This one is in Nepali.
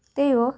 त्यही हो